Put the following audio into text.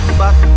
back